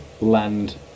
land